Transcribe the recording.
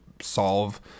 solve